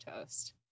toast